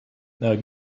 now